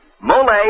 Mole